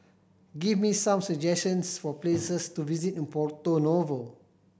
give me some suggestions for places to visit in Porto Novo